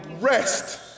rest